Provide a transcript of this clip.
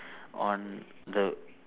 on the